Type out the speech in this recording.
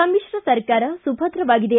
ಸಮ್ತಿಶ್ರ ಸರ್ಕಾರ ಸುಭದ್ರವಾಗಿದೆ